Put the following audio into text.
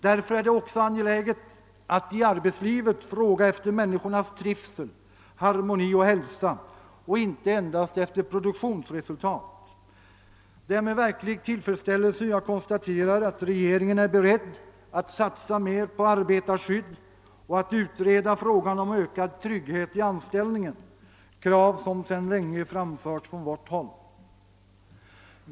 Därför är det också angeläget att i arbetslivet fråga efter människornas trivsel, harmoni och hälsa och inte enbart efter produktionsresultat. Det är med verklig tillfredsställelse jag konstaterar att regeringen är beredd att satsa mer på arbetarskydd och att utreda frågan om ökad trygghet i anställningen — krav som sedan länge framförts från vårt håll.